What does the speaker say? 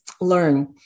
learn